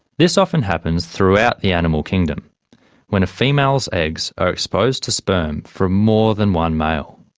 this often happens throughout the animal kingdom when a female's eggs are exposed to sperm from more than one male.